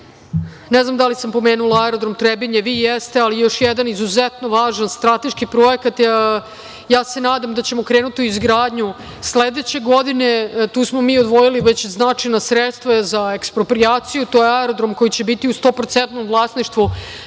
znam da li sam pomenula aerodrom Trebinje, vi jeste, ali još jedan izuzetno važan strateški projekat. Ja se nadam da ćemo krenuti u izgradnju sledeće godine. Tu smo mi odvojili značajna sredstva za eksproprijaciju. To je aerodrom koji će biti u 100% vlasništvu